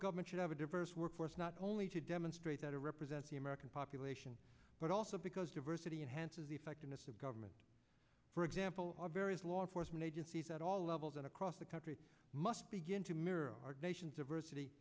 government should have a diverse workforce not only to demonstrate that it represents the american population but also because diversity enhanced is the effectiveness of government for example our various law enforcement agencies at all levels and across the country must begin to mirror our nation's of versity